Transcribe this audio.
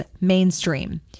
mainstream